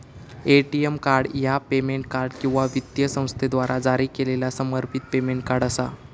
ATM card ह्या payment card किंवा वित्तीय संस्थेद्वारा जारी केलेला समर्पित पेमेंट कार्ड असा